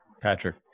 Patrick